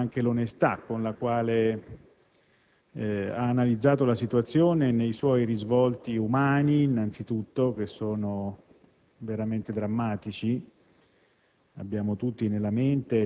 non solo la lucidità ma anche l'onestà, con la quale ha analizzato la situazione, innanzitutto nei suoi risvolti umani, che sono veramente drammatici.